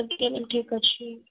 ଠିକ୍ ଅଛି